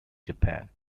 japan